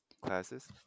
classes